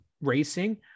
racing